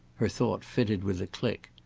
her thought fitted with a click.